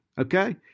Okay